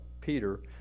Peter